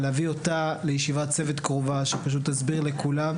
להביא אותה לישיבת צוות קרובה שפשוט תסביר לכולם.